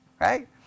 right